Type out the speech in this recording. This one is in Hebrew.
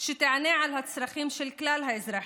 שתענה על הצרכים של כלל האזרחים,